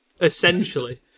Essentially